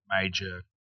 major